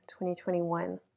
2021